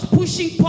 pushing